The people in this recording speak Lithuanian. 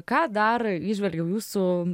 ką dar įžvelgiau jūsų